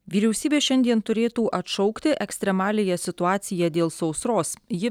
vyriausybė šiandien turėtų atšaukti ekstremaliąją situaciją dėl sausros ji